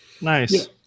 Nice